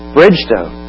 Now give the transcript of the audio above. Bridgestone